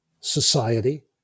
society